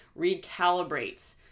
recalibrate